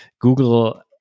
Google